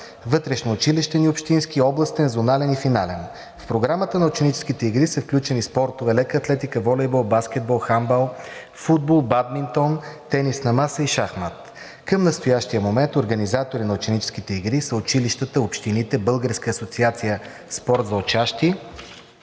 вътрешноучилищен и общински, областен, зонален и финален. В програмата на ученическите игри са включени спортовете лека атлетика, волейбол, баскетбол, хандбал, футбол, бадминтон, тенис на маса и шахмат. Към настоящия момент организатори на ученическите игри са училищата, общините, Българска асоциация „Спорт за учащи“